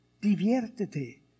diviértete